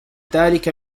ذلك